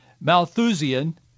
Malthusian